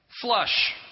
Flush